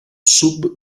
sub